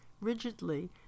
rigidly